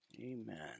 Amen